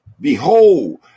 Behold